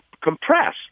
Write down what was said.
compress